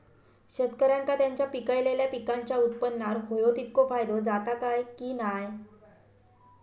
शेतकऱ्यांका त्यांचा पिकयलेल्या पीकांच्या उत्पन्नार होयो तितको फायदो जाता काय की नाय?